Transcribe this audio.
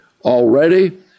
already